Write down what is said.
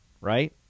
right